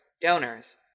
donors